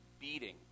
beating